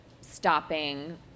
stopping